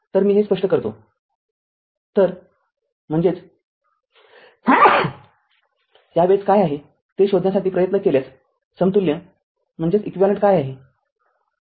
तरमी हे स्पष्ट करतो तरम्हणजेचत्यावेळेस काय आहे ते शोधण्यासाठी प्रयत्न केल्यास समतुल्य काय आहे